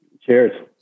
Cheers